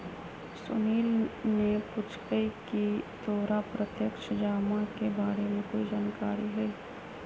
सुनील ने पूछकई की तोरा प्रत्यक्ष जमा के बारे में कोई जानकारी हई